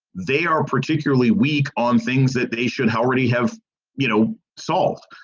they are particularly weak on things that they should already have you know solved.